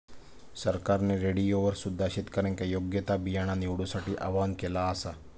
सरकारने रेडिओवर सुद्धा शेतकऱ्यांका योग्य ता बियाणा निवडूसाठी आव्हाहन केला आसा